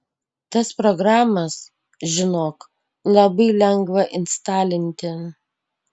tas programas žinok labai lengva instalinti